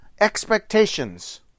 expectations